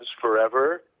forever